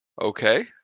okay